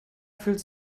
fühlt